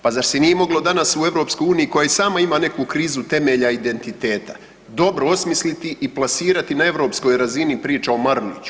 Pa zar se nije moglo danas u EU koja i sama ima neku krizu temelja identiteta dobro osmisliti i plasirati na europskoj razini priča o Maruliću.